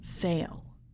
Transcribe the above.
fail